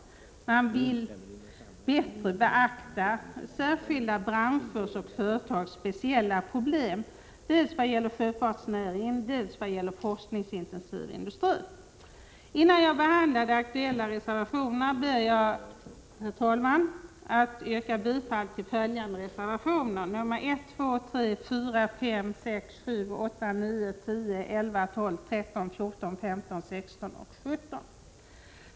— Man önskar bättre beaktande av särskilda branschers och företags speciella problem; det gäller dels sjöfartsnäringen, dels forskningsintensiv industri. Innan jag behandlar de aktuella reservationerna ber jag, herr talman, att få yrka bifall till följande reservationer: nr 1,2,3,4,5,6,7,8,9, 10,11, 12,13, 14, 15, 16 och 17.